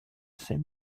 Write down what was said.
same